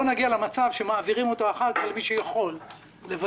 נגיע למצב שמעבירים אותו אחר כך למי שיכול לבצע.